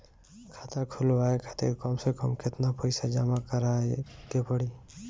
खाता खुलवाये खातिर कम से कम केतना पईसा जमा काराये के पड़ी?